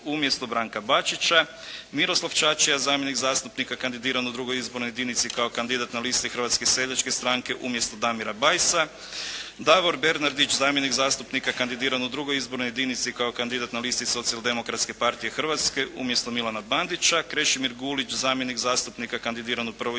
umjesto Branka Bačića, Miroslav Čačija zamjenik zastupnika kandidiran u II. izbornoj jedinici kao kandidat na listi Hrvatske seljačke stranke umjesto Damira Bajsa, Davor Bernardić zamjenik zastupnika kandidiran u II. izbornoj jedinici kao kandidat na listi Socijal-demokratske partije Hrvatske umjesto Milana Bandića, Krešimir Gulić zamjenik zastupnika kandidiran u I.